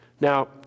Now